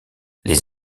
les